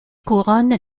couronne